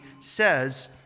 says